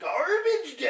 Garbage